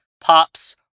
pops